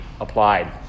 applied